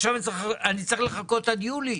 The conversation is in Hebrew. עכשיו אני צריך לחכות עד יולי.